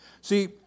See